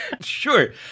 Sure